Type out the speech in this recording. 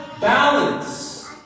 balance